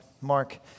Mark